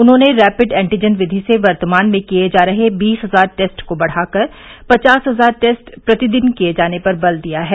उन्होंने rapid antigen विधि से वर्तमान में किए जा रहे बीस हजार टेस्ट को बढ़ाकर पचास हजार टेस्ट प्रतिदिन किए जाने पर बल दिया है